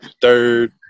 Third